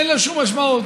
אין לו שום משמעות.